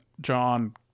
John